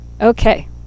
Okay